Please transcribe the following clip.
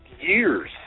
years